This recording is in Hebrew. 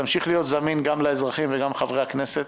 תמשיך להיות זמין גם לאזרחים וגם לחברי הכנסת.